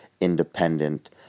independent